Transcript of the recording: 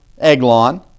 Eglon